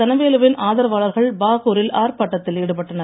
தனவேலுவின் ஆதரவாளர்கள் பாகூரில் ஆர்ப்பாட்டத்தில் ஈடுபட்டனர்